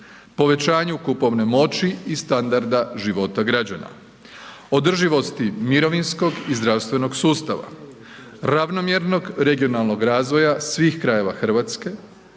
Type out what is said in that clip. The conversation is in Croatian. povećanju kupovne moći i standarda života građana, održivosti mirovinskog i zdravstvenog sustava, ravnomjernog regionalnog razvoja svih krajeva Hrvatske,